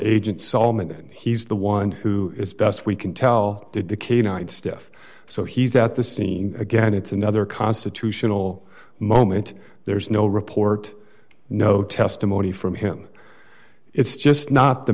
agent solomon and he's the one who is best we can tell did the canaanite stuff so he's at the scene again it's another constitutional moment there's no report no testimony from him it's just not the